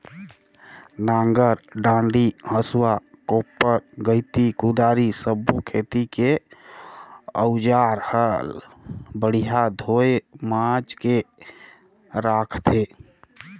नांगर डांडी, हसुआ, कोप्पर गइती, कुदारी सब्बो खेती के अउजार हल बड़िया धोये मांजके राखथे